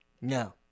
No